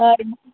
हय